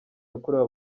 yakorewe